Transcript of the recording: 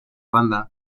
banda